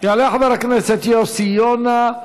יעלה חבר הכנסת יוסי יונה.